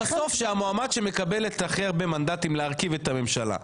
עכשיו בסוף כשהמועמד שמקבל את הכי הרבה מנדטים להרכיב את הממשלה,